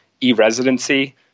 e-residency